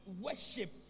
worship